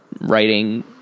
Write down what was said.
writing